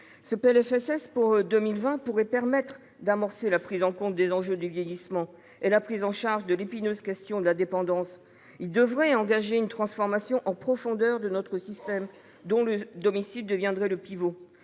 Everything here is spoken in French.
Ce PLFSS pour 2020 pourrait permettre d'amorcer la prise en compte des enjeux du vieillissement et la prise en charge de l'épineuse question de la dépendance. Il devrait engager une transformation en profondeur de notre système, dont le domicile deviendrait le pivot.